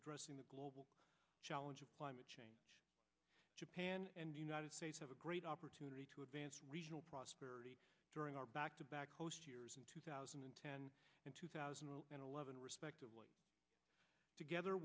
addressing the global challenge of climate change japan and united states have a great opportunity to advance regional prosperity during our back to back in two thousand and ten in two thousand and eleven respectively together